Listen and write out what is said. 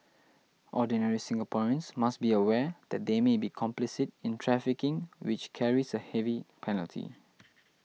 ordinary Singaporeans must be aware that they may be complicit in trafficking which carries a heavy penalty